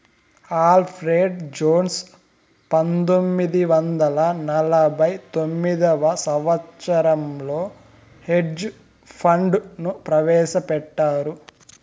Alfred Jones పంతొమ్మిది వందల నలభై తొమ్మిదవ సంవచ్చరంలో హెడ్జ్ ఫండ్ ను ప్రవేశపెట్టారు